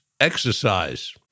exercise